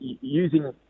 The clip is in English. Using